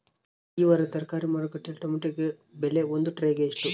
ಈ ವಾರದ ತರಕಾರಿ ಮಾರುಕಟ್ಟೆಯಲ್ಲಿ ಟೊಮೆಟೊ ಬೆಲೆ ಒಂದು ಟ್ರೈ ಗೆ ಎಷ್ಟು?